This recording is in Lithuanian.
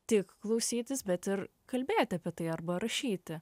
tik klausytis bet ir kalbėti apie tai arba rašyti